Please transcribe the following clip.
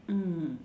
mm